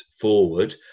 forward